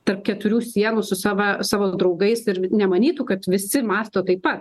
tarp keturių sienų su sava savo draugais ir nemanytų kad visi mąsto taip pa